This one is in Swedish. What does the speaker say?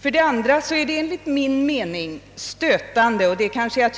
För det andra är det enligt min mening stötande — och det är kanske